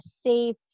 safe